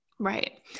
Right